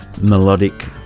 melodic